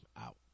out